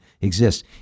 exists